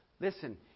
Listen